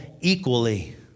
equally